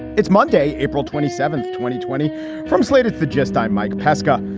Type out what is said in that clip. it's monday, april twenty seventh, twenty twenty from slate at the gist i'm mike pesca.